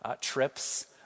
trips